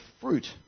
fruit